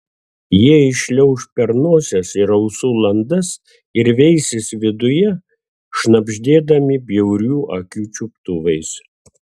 jie įšliauš per nosies ir ausų landas ir veisis viduje šnabždėdami bjaurių akių čiuptuvais